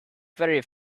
very